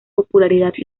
popularidad